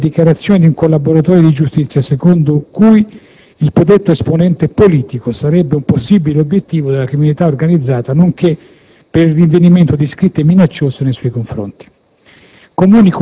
in seguito a dichiarazioni di un collaboratore di giustizia, secondo cui il predetto esponente politico sarebbe un possibile obiettivo della criminalità organizzata, nonché per il rinvenimento di scritte minacciose nei suoi confronti.